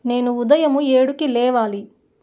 నేను ఉదయము ఏడుకి లేవాలి